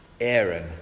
Aaron